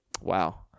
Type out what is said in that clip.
Wow